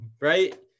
right